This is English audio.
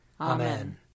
Amen